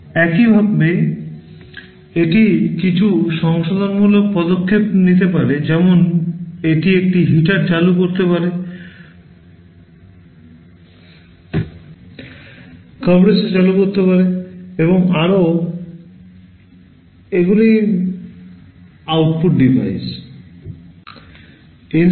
এবং একইভাবে এটি কিছু সংশোধনমূলক পদক্ষেপ নিতে পারে যেমন এটি একটি হিটার চালু করতে পারে compressor চালু করতে পারে এবং আরও এগুলি আউটপুট ডিভাইস